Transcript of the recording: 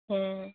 ᱦᱮᱸ